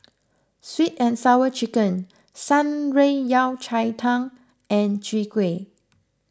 Sweet and Sour Chicken Shan Rui Yao Cai Tang and Chwee Kueh